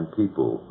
people